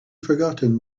forgotten